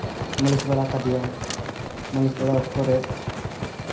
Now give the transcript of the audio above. ᱢᱟᱹᱞᱤᱥ ᱵᱟᱲᱟ ᱠᱟᱫᱮᱭᱟᱢ ᱢᱟᱹᱞᱤᱥ ᱵᱟᱲᱟ ᱚᱠᱛᱚ ᱨᱮ